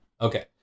Okay